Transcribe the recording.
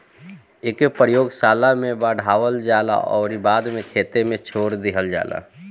एके प्रयोगशाला में बढ़ावल जाला अउरी बाद में खेते में छोड़ दिहल जाला